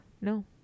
no